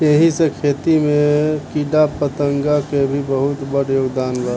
एही से खेती में कीड़ाफतिंगा के भी बहुत बड़ योगदान बा